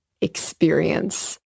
experience